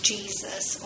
Jesus